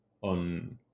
on